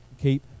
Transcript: keep